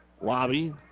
Lobby